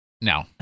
No